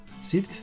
See